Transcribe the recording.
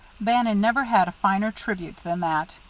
bannon never had a finer tribute than that,